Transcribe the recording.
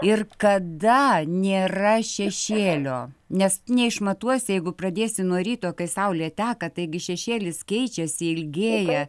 ir kada nėra šešėlio nes neišmatuosi jeigu pradėsi nuo ryto kai saulė teka taigi šešėlis keičiasi ilgėja